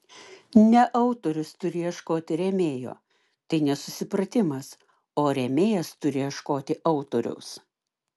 ne autorius turi ieškoti rėmėjo tai nesusipratimas o rėmėjas turi ieškoti autoriaus